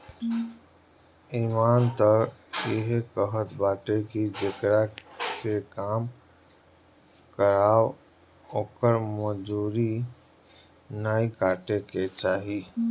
इमान तअ इहे कहत बाटे की जेकरा से काम करावअ ओकर मजूरी नाइ काटे के चाही